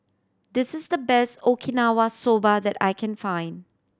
this is the best Okinawa Soba that I can find